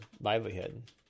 livelihood